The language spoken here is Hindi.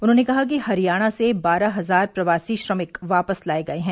उन्होंने कहा कि हरियाणा से बारह हजार प्रवासी श्रमिक वापस लाए गए हैं